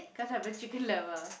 cause I'm a chicken lover